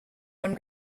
one